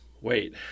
wait